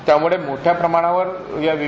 त्यामुळे मोठ्या प्रमाणावर व्ही